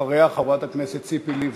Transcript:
ואחריה חברת הכנסת ציפי לבני.